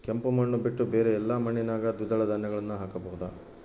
ಕೆಂಪು ಮಣ್ಣು ಬಿಟ್ಟು ಬೇರೆ ಎಲ್ಲಾ ಮಣ್ಣಿನಾಗ ದ್ವಿದಳ ಧಾನ್ಯಗಳನ್ನ ಹಾಕಬಹುದಾ?